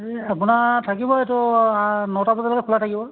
আপোনাৰ থাকিব এইটো নটা বজালৈকে খোলা থাকিব